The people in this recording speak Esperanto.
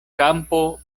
kampo